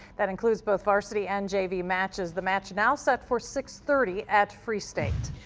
that includes both varsity and j v. matches. the match now set for six thirty at free state.